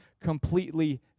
completely